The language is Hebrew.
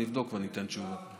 אני אבדוק ואני אתן תשובה.